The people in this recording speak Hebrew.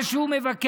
מה שהוא מבקש,